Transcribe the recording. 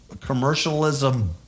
commercialism